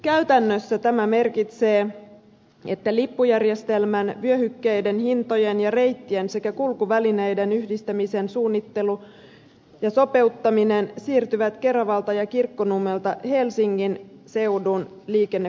käytännössä tämä merkitsee että lippujärjestelmän vyöhykkeiden hintojen ja reittien sekä kulkuvälineiden yhdistämisen suunnittelu ja sopeuttaminen siirtyvät keravalta ja kirkkonummelta helsingin seudun liikennekuntayhtymään